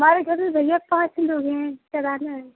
हमारे घर पर भैया पाँच लोग हैं कराना है